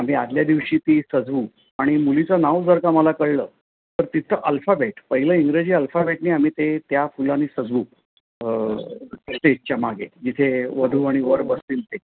आम्ही आदल्या दिवशी ती सजवू आणि मुलीचं नाव जर का मला कळलं तर तिचं अल्फाबेट पहिलं इंग्रजी अल्फाबेटने आम्ही ते त्या फुलानी सजवू स्टेजच्या मागे जिथे वधू आणि वर बसतील ते